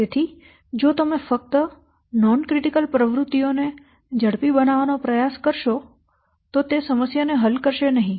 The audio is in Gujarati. તેથી જો તમે ફક્ત બિન ક્રિટિકલ પાથ પ્રવૃત્તિઓને ઝડપી બનાવવાનો પ્રયાસ કરશો તો તે સમસ્યા ને હલ કરશે નહીં